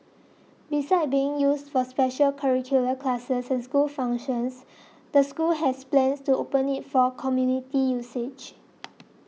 besides being used for special curricular classes and school functions the school has plans to open it for community usage